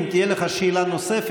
אם תהיה לך שאלה נוספת,